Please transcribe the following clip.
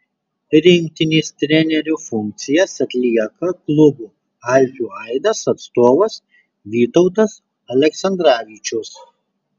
rinktinės trenerio funkcijas atlieka klubo alpių aidas atstovas vytautas aleksandravičius